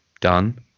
done